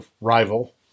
rival